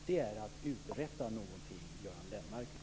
Det är att uträtta något, Göran Lennmarker.